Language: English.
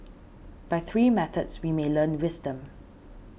by three methods we may learn wisdom